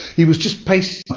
he was just pacing